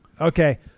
Okay